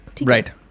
Right